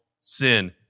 sin